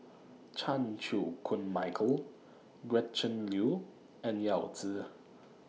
Chan Chew Koon Michael Gretchen Liu and Yao Zi